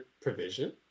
provision